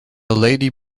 lady